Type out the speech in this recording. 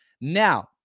Now